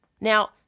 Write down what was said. Now